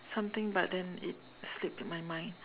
something but then it slipped my mind